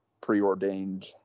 preordained